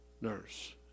nurse